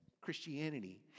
Christianity